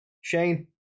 Shane